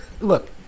look